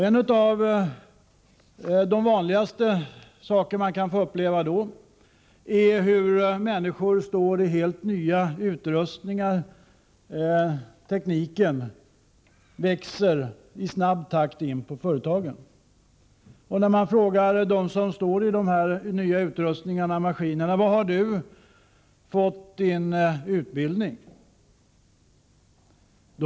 En av de vanligaste saker man kan få uppleva då är att människor står vid helt nya utrustningar. Tekniken växer i snabb takt in på företagen. När man frågar dem som står vid de nya maskinerna: Var har du fått din utbildning?